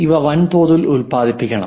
ഇവ വൻതോതിൽ ഉത്പാദിപ്പിക്കണം